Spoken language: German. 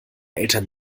eltern